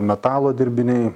metalo dirbiniai